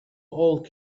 old